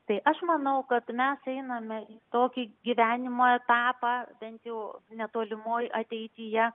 tai aš manau kad mes einame į tokį gyvenimo etapą bent jau netolimoj ateityje